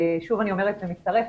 שוב אני אומרת ומצטרפת,